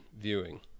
viewing